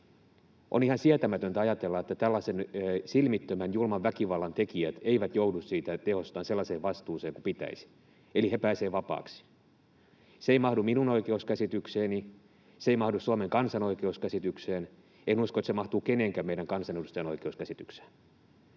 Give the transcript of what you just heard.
On ihan sietämätöntä ajatella, että tällaisen silmittömän, julman väkivallan tekijät eivät joudu teostaan sellaiseen vastuuseen kuin pitäisi eli he pääsevät vapaaksi. Se ei mahdu minun oikeuskäsitykseeni. Se ei mahdu Suomen kansan oikeuskäsitykseen. En usko, että se mahtuu kenenkään meistä kansanedustajista oikeuskäsitykseen.